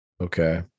Okay